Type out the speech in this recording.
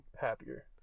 happier